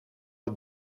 het